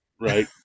right